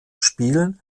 spielen